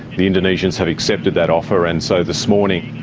the indonesians have accepted that offer. and so this morning,